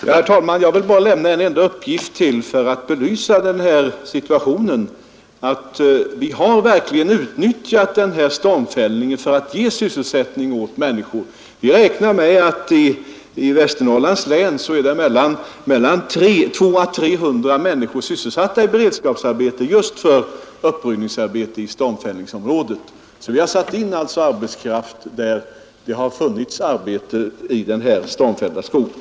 Herr talman! Jag vill bara lämna en enda uppgift till för att belysa denna situation. Vi har verkligen utnyttjat denna stormfällning för att ge sysselsättning ät människor. Vi räknar med att i Västerbottens län är mellan 200 och 300 människor sysselsatta i beredskapsarbete just för uppröjning i stormfällningsområdet. Vi har alltsa satt in arbetskraft där det har funnits arbete i den stormfällda skogen.